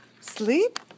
sleep